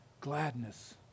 gladness